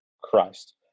Christ